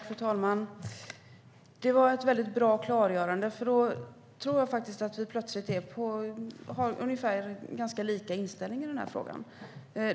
Fru talman! Det var ett mycket bra klargörande, för då tror jag att vi plötsligt har ganska likartad inställning i frågan.